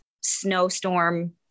snowstorm